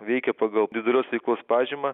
veikė pagal individualios veiklos pažymą